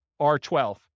R12